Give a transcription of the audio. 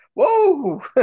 Whoa